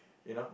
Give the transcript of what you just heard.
you know